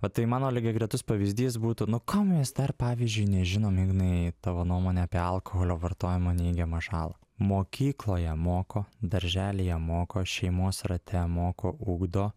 bet tai mano lygiagretus pavyzdys būtų nu ko mes dar pavyzdžiui nežinom ignai tavo nuomonė apie alkoholio vartojimo neigiamą žalą mokykloje moko darželyje moko šeimos rate moko ugdo